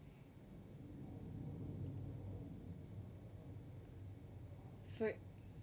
for